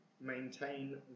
maintain